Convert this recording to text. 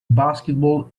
basketball